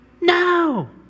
No